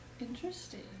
Interesting